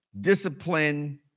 Discipline